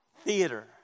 Theater